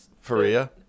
Faria